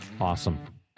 Awesome